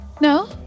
No